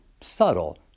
subtle